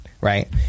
right